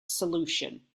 solution